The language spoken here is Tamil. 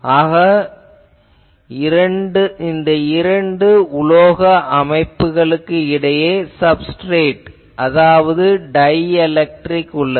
ஆகவே இந்த இரண்டு உலோக அமைப்புகளுக்கு இடையே சில சப்ஸ்ட்ரேட் அதாவது டைஎலெக்ட்ரிக் உள்ளது